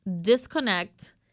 disconnect